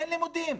אין לימודים.